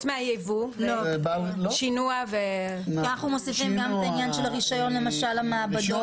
אנחנו מוסיפים גם את העניין של הרישיון למעבדות.